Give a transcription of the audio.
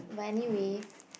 but anyway